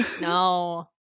No